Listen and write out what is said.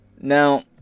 Now